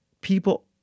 people